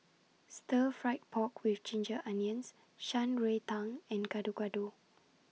Stir Fried Pork with Ginger Onions Shan Rui Tang and Gado Gado